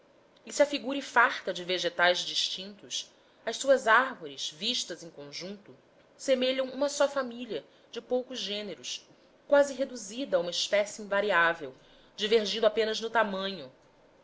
de vegetais distintos as suas árvores vistas em conjunto semelham uma só família de poucos gêneros quase reduzida a uma espécie invariável divergindo apenas no tamanho